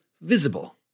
Visible